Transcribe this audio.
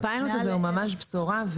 יעל רון בן משה (כחול לבן): הפיילוט של זה הוא ממש בשורה,